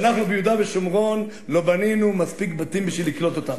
כשאנחנו ביהודה ושומרון לא בנינו מספיק בתים בשביל לקלוט אותם.